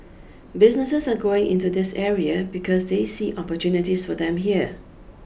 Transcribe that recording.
businesses are going into this area because they see opportunities for them here